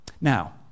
now